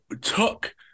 took